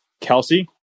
Kelsey